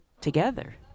together